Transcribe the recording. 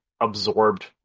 absorbed